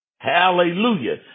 Hallelujah